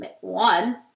one